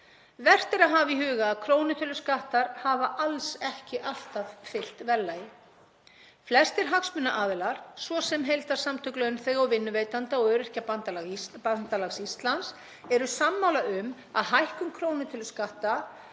Vert er að hafa í huga að krónutöluskattar hafa alls ekki alltaf fylgt verðlagi. Flestir hagsmunaaðilar, svo sem heildarsamtök launþega og vinnuveitenda og Öryrkjabandalag Íslands, eru sammála um að hækkun krónutöluskatta